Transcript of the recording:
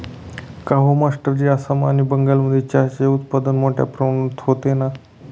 काहो मास्टरजी आसाम आणि बंगालमध्ये चहाचे उत्पादन मोठया प्रमाणात होते ना